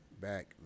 back